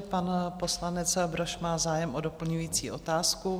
Pan poslanec Brož má zájem o doplňující otázku.